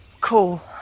Cool